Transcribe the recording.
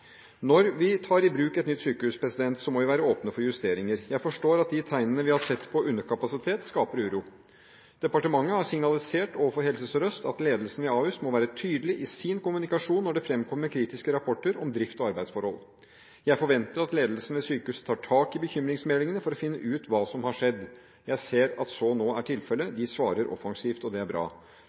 Når vi tar i bruk et nytt sykehus, må vi være åpne for justeringer. Jeg forstår at de tegnene på underkapasitet vi har sett, skaper uro. Departementet har signalisert overfor Helse Sør-Øst at ledelsen ved Ahus må være tydelig i sin kommunikasjon når det fremkommer kritiske rapporter om drifts- og arbeidsforhold, og jeg forventer at ledelsen ved sykehuset tar tak i bekymringsmeldingene for å finne ut hva som har skjedd. Jeg ser at så nå er tilfellet – de svarer offensivt, og det er bra.